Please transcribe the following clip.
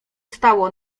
stało